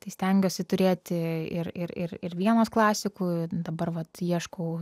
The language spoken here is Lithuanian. tai stengiuosi turėti ir ir ir ir vienos klasikų dabar vat ieškau